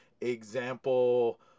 example